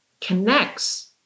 connects